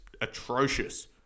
atrocious